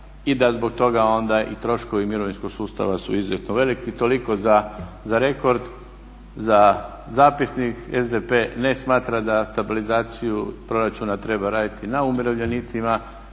i da zbog toga onda i troškovi mirovinskog sustava su izuzetno veliki. Toliko za rekord, za zapisnik. SDP ne smatra da stabilizaciju proračuna treba raditi na umirovljenicima.